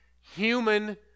human